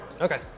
Okay